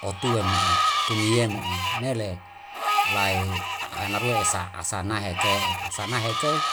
Otue mo'o, puniye mo'o nele lai hana rue esa asana heke, asana heke